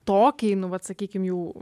tokiai nu vat sakykim jau